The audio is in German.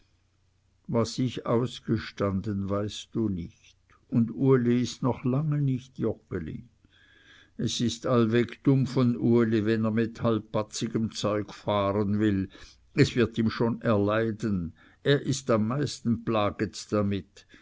was ich ausgestanden weißt du nicht und uli ist noch lange nicht joggeli es ist allweg dumm von uli wenn er mit halbbatzigem zeug fahren will es wird ihm schon erleiden er ist am meisten plaget damit